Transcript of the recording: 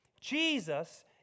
Jesus